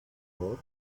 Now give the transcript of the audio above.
lot